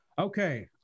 okay